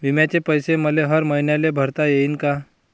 बिम्याचे पैसे मले हर मईन्याले भरता येईन का?